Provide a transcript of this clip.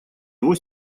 его